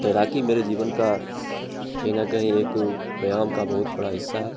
तैराकी मेरे जीवन का कहीं ना कहीं एक व्ययाम का बहुत बड़ा हिस्सा है